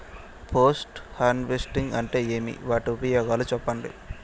Post harvesting అంటే ఏమి? వాటి ఉపయోగాలు చెప్పండి?